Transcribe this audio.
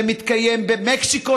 זה מתקיים במקסיקו,